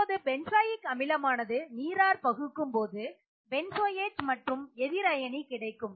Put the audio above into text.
இப்போது பென்சாயிக் அமிலமானது நீரார் பகுக்கும் போது பென்சோயேட் மற்றும் எதிர் அயனி கிடைக்கும்